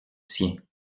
sien